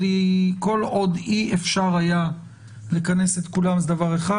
כל עוד אי אפשר היה לכנס את כולם זה דבר אחד,